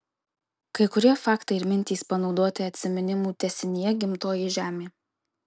kai kurie faktai ir mintys panaudoti atsiminimų tęsinyje gimtoji žemė